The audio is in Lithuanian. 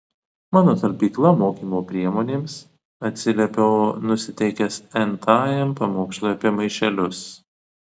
mano talpykla mokymo priemonėms atsiliepiau nusiteikęs n tajam pamokslui apie maišelius